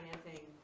financing